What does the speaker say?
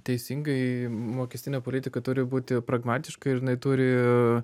teisingai mokestinė politika turi būti pragmatiška ir jinai turi